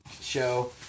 show